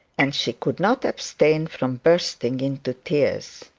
and she could not abstain from bursting into tears.